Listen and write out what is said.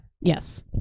Yes